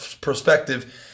perspective